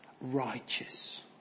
righteous